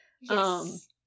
yes